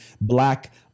black